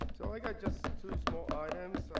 so, i got just two small items. ah